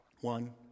One